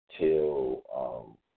Till